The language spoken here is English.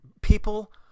people